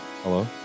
Hello